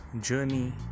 journey